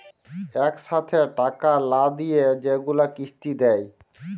ইকসাথে টাকা লা দিঁয়ে যেগুলা কিস্তি দেয়